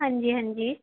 ਹਾਂਜੀ ਹਾਂਜੀ